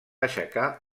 aixecar